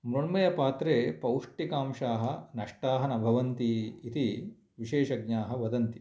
मृण्मयपात्रे पौष्टिकांशाः नष्टाः न भवन्ति इति विशेषज्ञाः वदन्ति